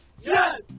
Yes